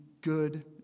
good